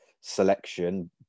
selection